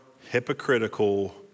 hypocritical